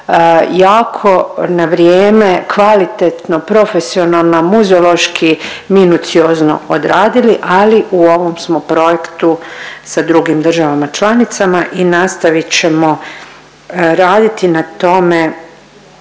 jako na vrijeme, kvalitetno, profesionalno, muzeološki, minuciozno odradili ali u ovom smo projektu sa drugim državama članicama i nastavit ćemo raditi na tome